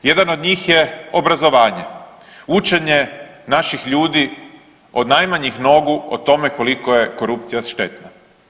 Jedan od njih je obrazovanje, učenje naših ljudi od najmanjih nogu o tome koliko je korupcija štetna.